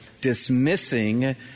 dismissing